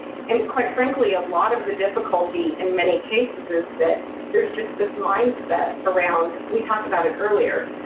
and quite frankly, a lot of the difficulty in many cases is that there's just this mindset around we talked about it earlier.